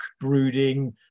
brooding